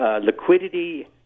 liquidity